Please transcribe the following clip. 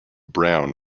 brown